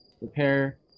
repair